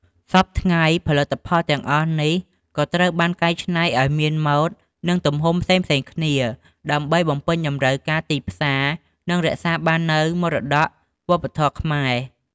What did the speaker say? សព្វថ្ងៃ ផលិតផលទាំងអស់នេះក៏ត្រូវបានកែច្នៃឱ្យមានម៉ូដ និងទំហំផ្សេងៗគ្នា ដើម្បីបំពេញតម្រូវការទីផ្សារ និងរក្សាបាននូវមរតកវប្បធម៌ខ្មែរ។